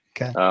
Okay